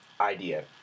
Idea